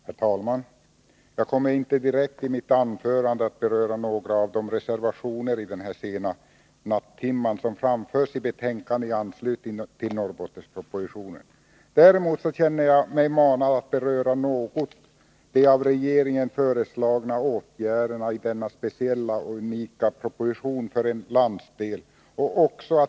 Herr talman! Jag kommer inte direkt i mitt anförande i denna sena nattimme att beröra några av de reservationer som framförts i betänkandena i anslutning till Norrbottenspropositionen. Däremot känner jag mig manad att något beröra de av regeringen föreslagna åtgärderna i denna speciella och unika proposition för en landsdel.